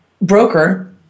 broker